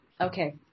okay